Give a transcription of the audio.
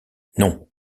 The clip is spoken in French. non